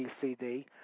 CD